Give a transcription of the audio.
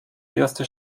erste